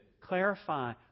clarify